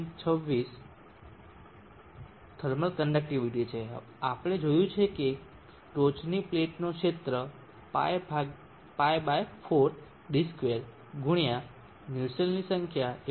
026 thermal conductivity છે આપણે જોયું છે કે ટોચની પ્લેટનો ક્ષેત્ર π 4 d2 ગુણ્યા નુસેલ્ટની સંખ્યા 112